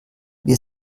wir